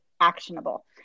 actionable